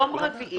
יום רביעי,